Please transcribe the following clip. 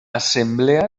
assemblea